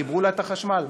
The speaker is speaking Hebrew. חיברו לה את החשמל.